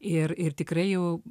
ir ir tikrai jau